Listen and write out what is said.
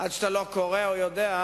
עד שאתה לא קורא או יודע,